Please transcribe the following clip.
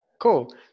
Cool